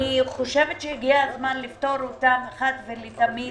אני חושבת שהגיע הזמן לפטור אותן אחת ולתמיד